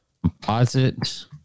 composite